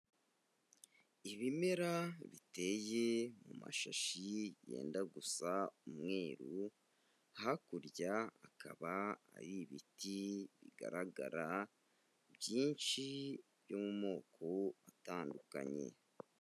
Ibimera biteye mu mashashi yenda gusa umweru hakurya akaba ari ibiti bigaragara byinshi byo mu moko atandukanye.